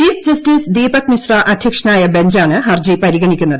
chief justice Deepak Misra അധ്യക്ഷനായ ബഞ്ചാണ് ഹർജി പരിഗണിക്കുന്നത്